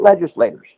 legislators